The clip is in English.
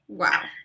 wow